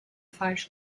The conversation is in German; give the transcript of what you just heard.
falsch